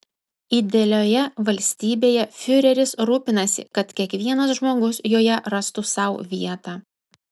idealioje valstybėje fiureris rūpinasi kad kiekvienas žmogus joje rastų sau vietą